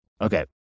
Okay